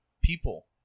people